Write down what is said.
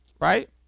right